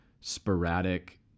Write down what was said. sporadic